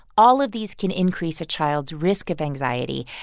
all of these can increase a child's risk of anxiety,